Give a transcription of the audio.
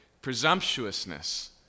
presumptuousness